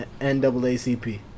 NAACP